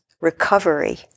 recovery